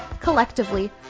Collectively